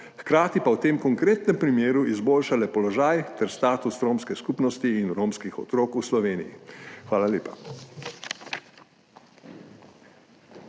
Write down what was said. hkrati pa v tem konkretnem primeru izboljšali položaj ter status romske skupnosti in romskih otrok v Sloveniji. Hvala lepa.